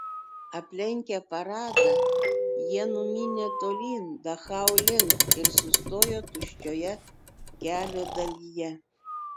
aplenkę paradą jie numynė tolyn dachau link ir sustojo tuščioje kelio dalyje